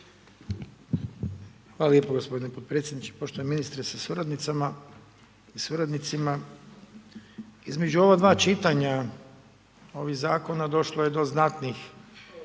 Hvala lijepo g. potpredsjedniče. Poštovani ministre sa suradnicama i suradnicima. Između ova 2 čitanja ovih zakona, došlo je do znatnih